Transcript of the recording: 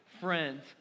friends